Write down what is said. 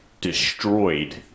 destroyed